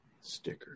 sticker